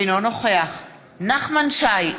אינו נוכח נחמן שי,